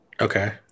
Okay